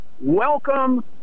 welcome